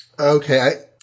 okay